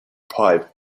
pipe